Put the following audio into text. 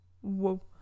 whoa